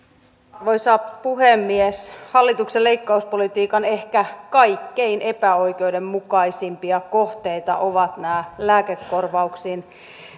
arvoisa puhemies hallituksen leikkauspolitiikan ehkä kaikkein epäoikeudenmukaisimpia kohteita ovat lääkekorvauksiin